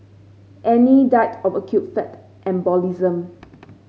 Annie died of acute fat embolism